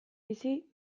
bizi